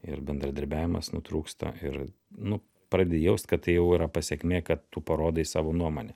ir bendradarbiavimas nutrūksta ir nu pradedi jaust kad tai jau yra pasekmė kad tu parodai savo nuomonę